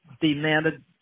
demanded